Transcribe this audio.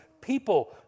People